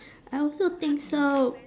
I also think so